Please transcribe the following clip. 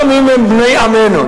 גם אם הם בני עמנו.